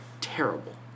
Terrible